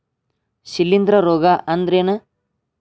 ಶಿಲೇಂಧ್ರ ರೋಗಾ ಅಂದ್ರ ಏನ್?